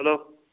hello